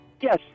Yes